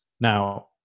now